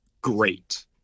great